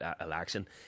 election